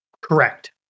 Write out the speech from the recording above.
Correct